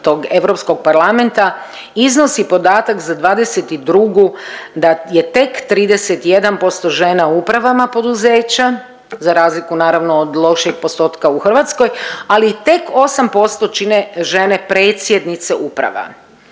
tog europskog parlamenta iznosi podatak za 2022. da je tek 31% žena u upravama poduzeća za razliku naravno od lošijeg postotka u Hrvatskoj. Ali tek 8% čine žene predsjednice uprava.